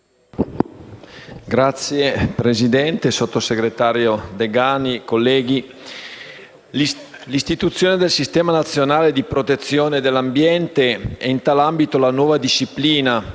Signor Presidente, sottosegretario Degani, colleghi, l'istituzione del Sistema nazionale a rete per la protezione dell'ambiente e in tale ambito la nuova disciplina